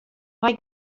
mae